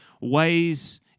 ways